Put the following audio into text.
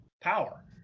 power